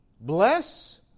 bless